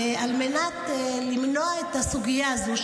על מנת למנוע את הסוגיה הזו.